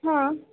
हां